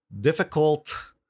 difficult